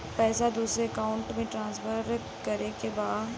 पैसा दूसरे अकाउंट में ट्रांसफर करें के बा?